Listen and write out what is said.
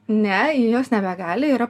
ne jos nebegali yra